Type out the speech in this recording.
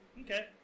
Okay